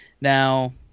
Now